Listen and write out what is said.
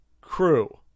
crew